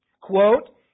Quote